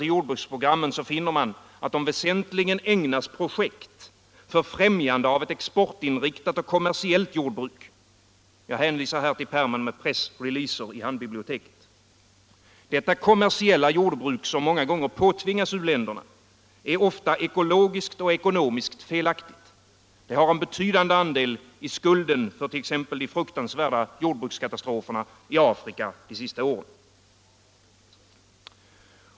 till jordbruksprogrammen, finner man att de väsentligen ägnas projekt för främjandet av exportinriktat och kommersiellt jordbruk —- jag hänvisar till pärmen med pressreleaser i handbiblioteket. Detta kommersiella jordbruk, som ofta påtvingas u-länderna, är i många fall ekologiskt och ekonomiskt felaktigt. Det har en betydande andel i skulden fört.ex. de fruktansvärda jordbrukskatastroferna i Afrika de senaste åren.